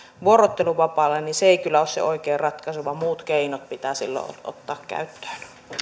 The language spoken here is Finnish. vuorotteluvapaalle niin se ei kyllä ole se oikea ratkaisu vaan muut keinot pitää silloin ottaa käyttöön